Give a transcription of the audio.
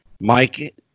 Mike